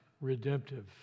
redemptive